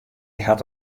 hat